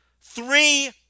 three